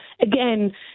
again